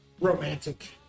Romantic